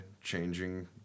changing